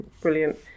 Brilliant